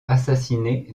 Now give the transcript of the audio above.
assassiné